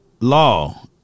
law